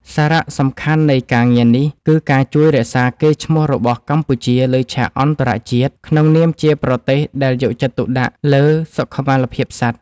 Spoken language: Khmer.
សារៈសំខាន់នៃការងារនេះគឺការជួយរក្សាកេរ្តិ៍ឈ្មោះរបស់កម្ពុជាលើឆាកអន្តរជាតិក្នុងនាមជាប្រទេសដែលយកចិត្តទុកដាក់លើសុខុមាលភាពសត្វ។